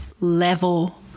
level